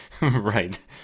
Right